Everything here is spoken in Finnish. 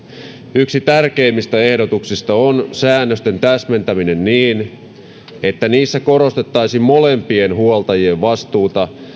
yksi tärkeimmistä ehdotuksista on säännösten täsmentäminen niin että niissä korostettaisiin molempien huoltajien vastuuta